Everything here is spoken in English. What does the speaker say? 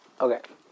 Okay